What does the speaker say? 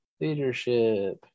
Leadership